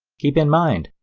keep in mind,